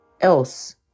else